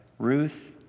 Ruth